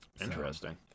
Interesting